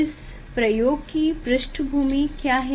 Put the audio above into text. इस प्रयोग की पृष्ठभूमि क्या है